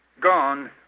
gone